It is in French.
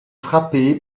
frappée